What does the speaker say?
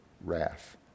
wrath